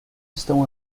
estão